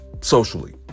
Socially